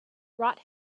brought